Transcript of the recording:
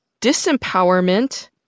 disempowerment